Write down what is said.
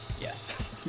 Yes